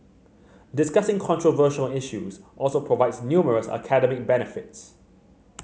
discussing controversial issues also provides numerous academic benefits